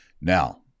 Now